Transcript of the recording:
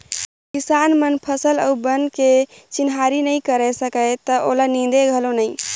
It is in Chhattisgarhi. किसान मन फसल अउ बन के चिन्हारी नई कयर सकय त ओला नींदे घलो नई